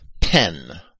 pen